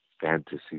fantasy